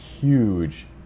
huge